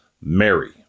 Mary